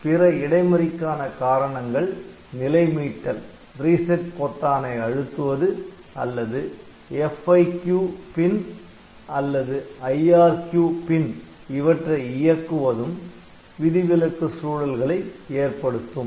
பிற இடைமறிக்கான காரணங்கள் நிலை மீட்டல் பொத்தானை அழுத்துவது அல்லது FIQ முள் அல்லது IRQ முள் இவற்றை இயக்குவதும் விதிவிலக்கு சூழல்களை ஏற்படுத்தும்